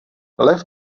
lev